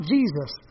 Jesus